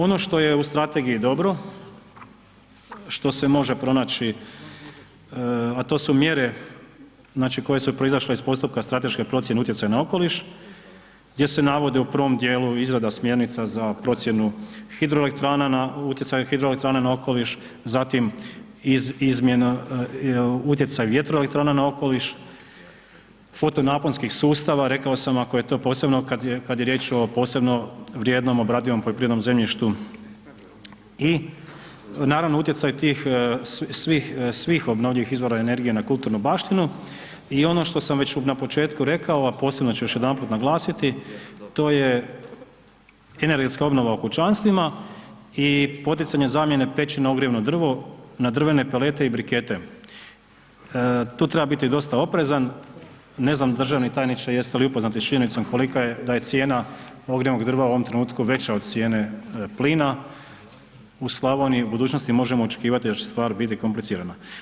Ono što je u strategiji dobro, što se može pronaći, a to su mjere, znači koje su proizašle iz postupka strateške procijene utjecaja na okoliš gdje se navodi u prvom dijelu izrada smjernica za procjenu hidroelektrana na, utjecaj hidroelektrana na okoliš, zatim izmjena, utjecaj vjetroelektrana na okoliš, fotonaponskih sustava, rekao sam ako je to posebno kad je riječ o posebno vrijednom obradivom poljoprivrednom zemljištu i naravno utjecaj tih svih, svih obnovljivih izvora energije na kulturnu baštinu i ono što sam već na početku rekao, a posebno ću još jedanput naglasiti, to je energetska obnova u kućanstvima i poticanje zamjene peći na ogrjevno drvo na drvene palete i brikete, tu treba biti dosta oprezan, ne znam državni tajniče jeste li upoznati s činjenicom kolika je, da je cijena ogrjevnog drva u ovom trenutku veća od cijene plina, u Slavoniji u budućnosti možemo očekivati da će stvar biti komplicirana.